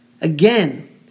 Again